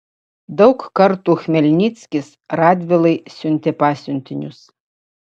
daug kartų chmelnickis radvilai siuntė pasiuntinius